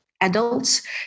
adults